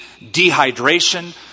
dehydration